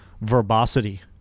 verbosity